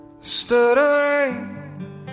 Stuttering